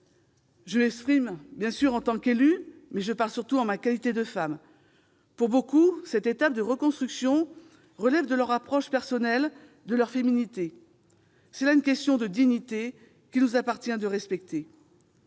Je m'exprime en tant qu'élue, mais je parle surtout en ma qualité de femme. Pour beaucoup, cette étape de reconstruction relève de leur approche personnelle de leur féminité. C'est là une question de dignité, qu'il nous appartient de respecter.